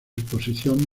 exposición